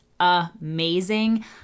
amazing